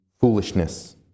foolishness